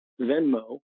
Venmo